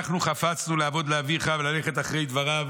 אנחנו חפצנו לעבוד לאביך וללכת אחרי דבריו